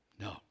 No